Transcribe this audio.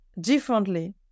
differently